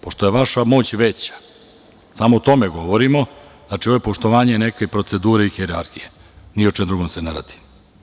Pošto je vaša moć veća, samo o tome govorimo, znači, ovo je poštovanje neke procedure i hijerarhije, ni o čemu drugom se ne radi.